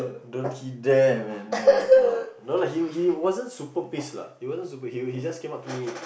don't hit there man no no no lah he he wasn't super paste lah he wasn't super hero he just came up to me